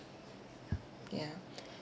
yeah